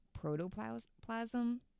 protoplasm